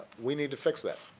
we need to fix that,